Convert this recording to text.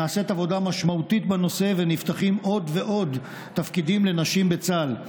נעשית עבודה משמעותית בנושא ונפתחים עוד ועוד תפקידים לנשים בצה"ל,